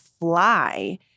fly